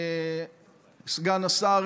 סגן השר,